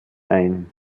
ein